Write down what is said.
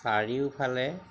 চাৰিওফালে